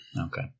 Okay